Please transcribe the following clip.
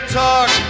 talk